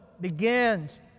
begins